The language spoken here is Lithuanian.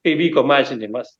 kai vyko mažinimas